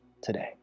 today